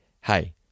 hey